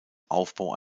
aufbau